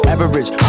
Average